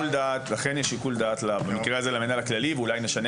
לכן יש שיקול דעת במקרה הזה למנהל הכללי ואולי נשנה